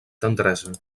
tendresa